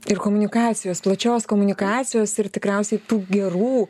ir komunikacijos plačios komunikacijos ir tikriausiai tų gerų